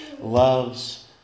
loves